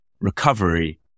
recovery